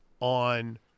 on